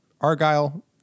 Argyle